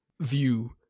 view